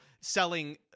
selling